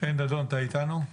חן דדון, אתה איתנו?